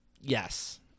Yes